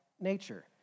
nature